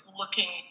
looking